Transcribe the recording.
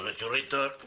ah churritos!